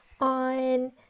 on